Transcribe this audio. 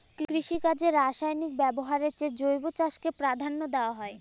কৃষিকাজে রাসায়নিক ব্যবহারের চেয়ে জৈব চাষকে প্রাধান্য দেওয়া হয়